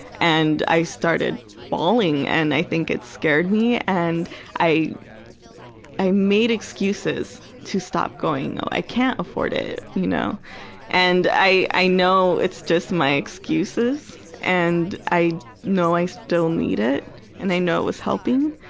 and i started bawling, and i think it scared me and i i made excuses to stop going. i can't afford it. you know and i i know it's just my excuses and i know i still need it and i know it was helping,